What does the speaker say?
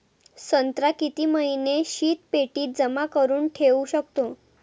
संत्रा किती महिने शीतपेटीत जमा करुन ठेऊ शकतो?